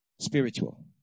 spiritual